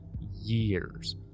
years